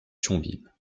thionville